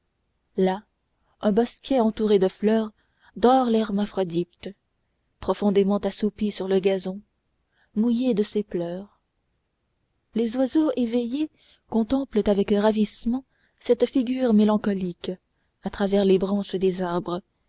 là dans un bosquet entouré de fleurs dort l'hermaphrodite profondément assoupi sur le gazon mouillé de ses pleurs les oiseaux éveillés contemplent avec ravissement cette figure mélancolique à travers les branches des arbres